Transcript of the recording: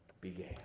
began